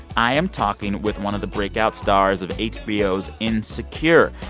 i am talking with one of the breakout stars of hbo's insecure,